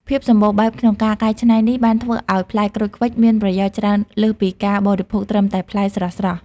ភាពសម្បូរបែបក្នុងការកែច្នៃនេះបានធ្វើឲ្យផ្លែក្រូចឃ្វិចមានប្រយោជន៍ច្រើនលើសពីការបរិភោគត្រឹមតែផ្លែស្រស់ៗ។